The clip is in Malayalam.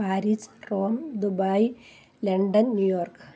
Paris Rome Dubai London New York